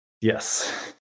Yes